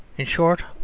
in short,